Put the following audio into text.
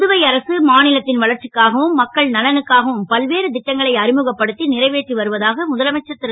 புதுவை அரசு மா லத் ன் வளர்ச்சிக்காகவும் மக்கள் நலனுக்காகவும் பல்வேறு ட்டங்களை அறிமுகப்படுத் றைவேற்றி வருவதாக முதலமைச்சர் ரு